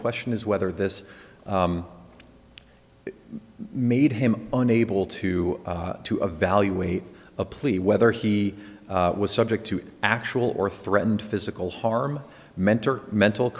question is whether this made him unable to to evaluate a plea whether he was subject to actual or threatened physical harm mentor mental